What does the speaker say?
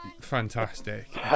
fantastic